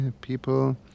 people